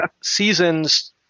seasons